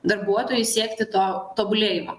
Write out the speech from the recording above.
darbuotojui siekti to tobulėjimo